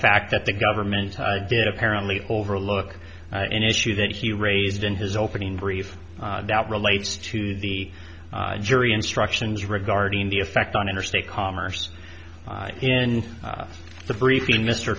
fact that the government did apparently overlook an issue that he raised in his opening brief relates to the jury instructions regarding the effect on interstate commerce in the briefing mr